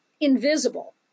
invisible